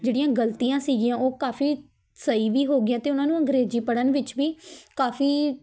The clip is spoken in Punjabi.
ਜਿਹੜੀਆਂ ਗਲਤੀਆਂ ਸੀਗੀਆ ਉਹ ਕਾਫੀ ਸਹੀ ਵੀ ਹੋ ਗਈਆਂ ਅਤੇ ਉਹਨਾਂ ਨੂੰ ਅੰਗਰੇਜ਼ੀ ਪੜ੍ਹਨ ਵਿੱਚ ਵੀ ਕਾਫੀ